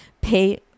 pay